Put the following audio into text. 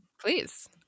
please